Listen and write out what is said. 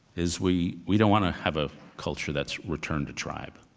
is we we don't want to have a culture that's returned to tribe.